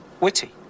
Witty